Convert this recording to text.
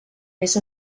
més